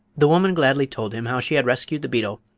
the woman gladly told him how she had rescued the beetle,